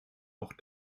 auch